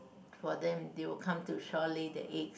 for them they will come to shore lay their eggs